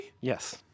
Yes